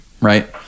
right